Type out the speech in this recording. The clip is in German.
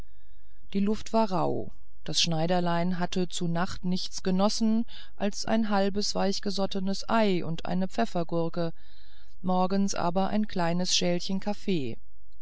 die luft war rauh das schneiderlein hatte zu nacht nichts genossen als ein halbes weichgesottenes ei und eine pfeffergurke morgens aber ein kleines schälchen kaffee